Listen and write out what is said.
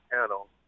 panel